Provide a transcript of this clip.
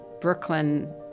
Brooklyn